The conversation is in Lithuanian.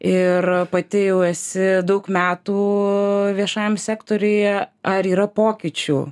ir pati jau esi daug metų viešajam sektoriuje ar yra pokyčių